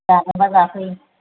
जागोन मा जाखो